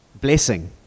blessing